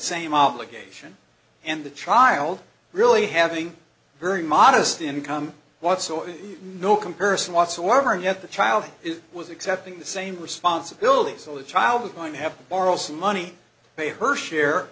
same obligation and the child really having a very modest income whatsoever no comparison whatsoever and yet the child was accepting the same responsibilities all the child was going to have morals and money pay her share